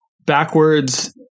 backwards